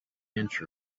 inch